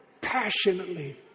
passionately